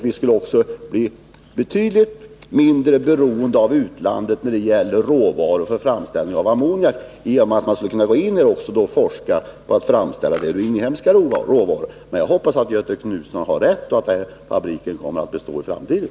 Vi skulle också bli betydligt mindre beroende av utlandet när det gäller råvaror för framställning av ammoniak i och med att vi skulle gå in och forska om ammoniakframställning ur inhemska råvaror. Men jag hoppas att Göthe Knutson har rätt och att fabriken kommer att bestå i framtiden.